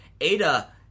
Ada